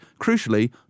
crucially